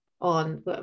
on